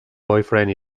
boyfriend